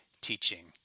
teaching